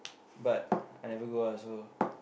but I never go ah so